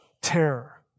terror